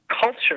culture